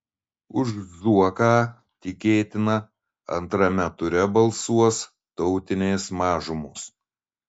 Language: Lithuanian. už zuoką tikėtina antrame ture balsuos tautinės mažumos